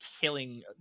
killing